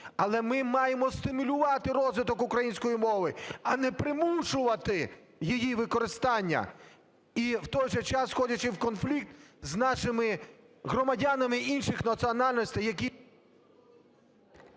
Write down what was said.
Але ми маємо стимулювати розвиток української мови, а не примушувати її використання. І, в той же час, входячи в конфлікт з нашими громадянами інших національностей, які....